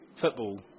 football